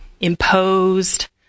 imposed